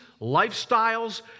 lifestyles